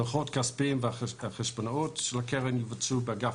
הדוחות הכספיים והחשבונאות של הקרן יבוצעו באגף